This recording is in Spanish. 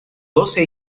doce